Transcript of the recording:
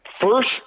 First